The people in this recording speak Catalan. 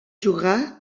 jugà